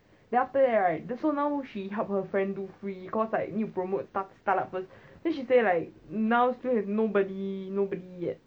then after that right so now she help her friend do free cause like need to promote startup first then she say like now still have nobody nobody yet